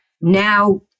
now